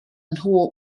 nhw